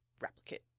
replicate